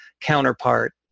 counterpart